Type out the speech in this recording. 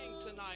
tonight